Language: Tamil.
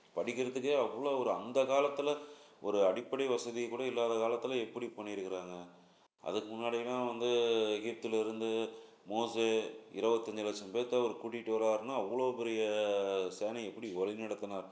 படிக்கிறத்துக்கே அவ்வளோ ஒரு அந்த காலத்தில் ஒரு அடிப்படை வசதிகக்கூட இல்லாத காலத்தில் எப்படி பண்ணியிருக்குறாங்க அதுக்கு முன்னாடி எல்லாம் வந்து எகிப்தில் இருந்து மோஸு இருவத்தஞ்சு லட்சம் பேர்த்த அவர் கூட்டிட்டு வராருன்னால் அவ்வளோ பெரிய சேனையை எப்படி வழி நடத்தினார்